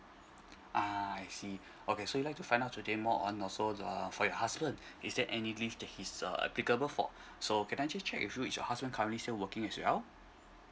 a'ah I see okay so you like to find out today more on also uh for your husband is there any leave to his uh applicable for so can I just check with you is your husband currently still working as well